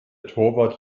torwart